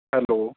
hello